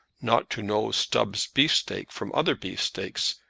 not to know stubbs' beefsteak from other beefsteaks,